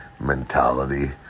mentality